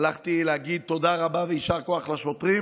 הלכתי להגיד תודה רבה ויישר כוח לשוטרים,